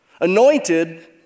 Anointed